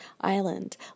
island